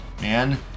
man